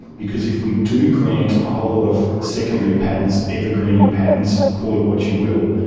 because if we do grant a whole lot of secondary patents, evergreening patents, call it what you will,